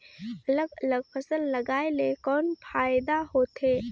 अलग अलग फसल लगाय ले कौन फायदा होथे?